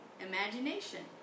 Imagination